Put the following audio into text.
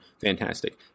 Fantastic